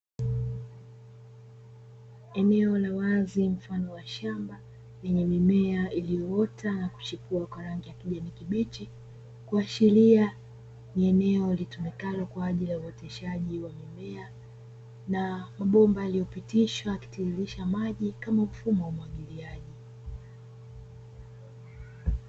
Eneo la wazi mfano wa shamba lenye mimea iliyoota na kuchipua kwa rangi ya kijani kibichi, kuashiria ni eneo litumikalo kwa ajili ya uoteshaji wa mimea na mabomba yaliyopitishwa yakitiririsha maji kama mfumo wa umwagiliaji.